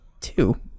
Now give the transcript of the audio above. two